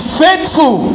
faithful